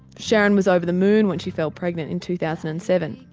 sharon was over the moon when she fell pregnant in two thousand and seven.